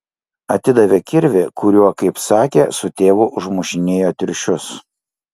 atidavė kirvį kuriuo kaip sakė su tėvu užmušinėjo triušius